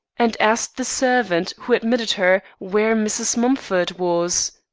and asked the servant who admitted her where mrs. mumford was.